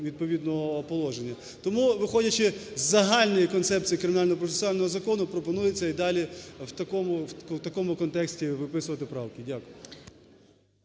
Тому, виходячи з загальної концепції Кримінально-процесуального закону, пропонується і далі в такому контексті виписувати правки. Дякую.